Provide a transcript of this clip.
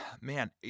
man